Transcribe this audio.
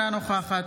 אינה נוכחת